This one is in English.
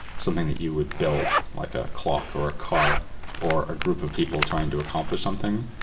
something that you would build, like a clock or a car or a group of people trying to accomplish something,